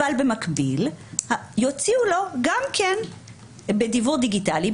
אבל במקביל יוציאו לו גם כן דיוור דיגיטלי.